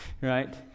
right